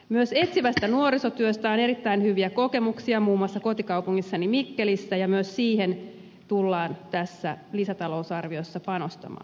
myös etsivästä nuorisotyöstä on erittäin hyviä kokemuksia muun muassa kotikaupungissani mikkelissä ja myös siihen tullaan tässä lisätalousarviossa panostamaan